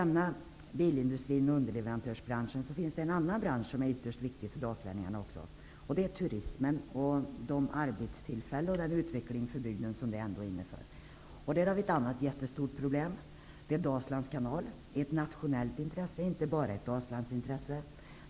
Utöver bilindustrin och underleverantörsbranschen finns det också en annan bransch som är ytterst viktig för dalslänningarna, och det är turismen och de arbetstillfällen och den utveckling för bygden som den innebär. Där har vi ett annat jättestort problem -- Dalslands kanal. Det är ett nationellt intresse och inte bara ett Dalslandsintresse.